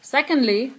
Secondly